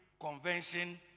convention